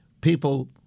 people